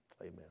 Amen